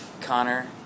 Connor